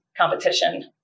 competition